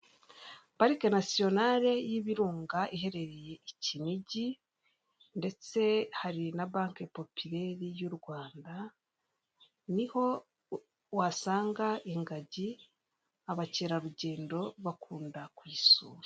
Ubu dushishikajwe no guteza imbere ubukerarugendo hano mu gihugu cyacu cy'urwanda niyo mpamvu twifashishije ibigo bizwi cyane cyane amakipe y'imipira kugira ngo adufashe muri gahunda yacu ya sura u rwanda.